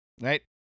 right